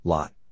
Lot